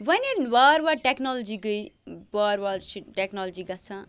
وۄنۍ ییٚلہِ وارٕ وارٕ ٹٮ۪کنالجی گٔے وارٕ وارٕ چھِ ٹٮ۪کنالجی گَژھان